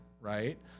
right